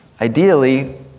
Ideally